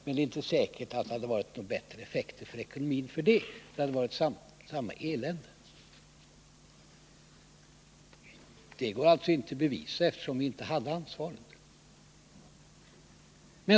Men han var inte säker på att det skulle ha haft bättre effekter på ekonomin — vi skulle ha haft samma elände. Det går inte att bevisa, eftersom vi inte har haft ansvaret.